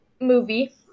movie